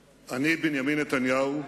אני, בנימין נתניהו,